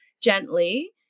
gently